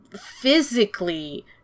physically